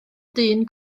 dyn